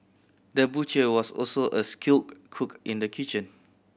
the butcher was also a skilled cook in the kitchen